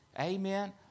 Amen